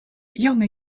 junge